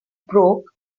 broke